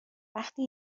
وقتی